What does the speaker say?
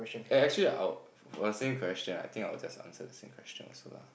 eh actually I'll for the same question right I think I'll just answer the same question also lah